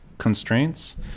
constraints